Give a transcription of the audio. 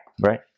right